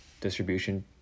distribution